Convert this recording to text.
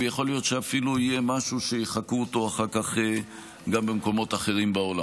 יכול להיות שאפילו יהיה משהו שיחקו אחר כך גם במקומות אחרים בעולם.